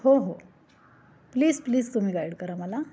हो हो please please तुम्ही गाईड करा मला